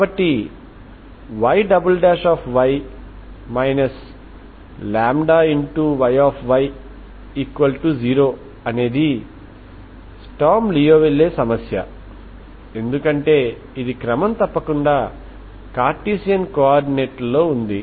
కాబట్టి Yy λYy0 అనేది Sturm Liouville సమస్య ఎందుకంటే ఇది క్రమం తప్పకుండా కార్టిసియన్ కో ఆర్డినేట్ లలో ఉంటుంది